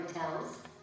hotels